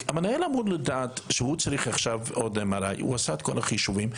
המנהל אמור לדעת שהוא צריך עכשיו עוד MRI: הוא עשה את כל החישובים,